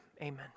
Amen